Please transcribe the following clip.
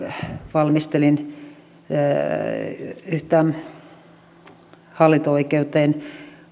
valmistelin yhtä asiaa hallinto oikeuteen